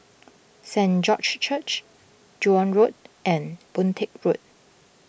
Saint George's Church Joan Road and Boon Teck Road